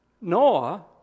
Noah